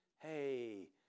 Hey